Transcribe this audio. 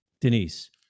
Denise